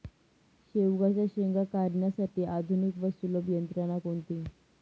शेवग्याच्या शेंगा काढण्यासाठी आधुनिक व सुलभ यंत्रणा कोणती?